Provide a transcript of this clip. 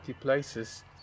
places